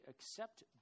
accept